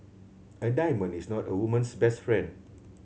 a diamond is not a woman's best friend